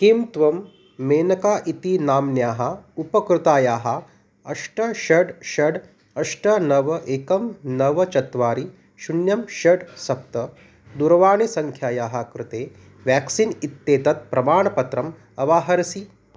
किं त्वं मेनका इति नाम्न्याः उपकृतायाः अष्ट षड् षड् अष्ट नव एकं नव चत्वारि शुन्यं षड् सप्त दू रवाणीसङ्ख्यायाः कृते व्याक्सीन् इत्येतत् प्रमाणपत्रम् अवाहरसि